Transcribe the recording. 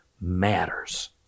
matters